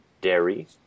dairy